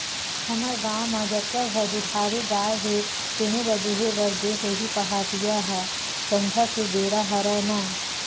हमर गाँव म जतका घर दुधारू गाय हे तेने ल दुहे बर गे होही पहाटिया ह संझा के बेरा हरय ना